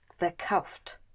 verkauft